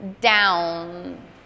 Down